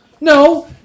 No